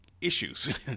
issues